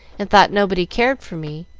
and thought nobody cared for me,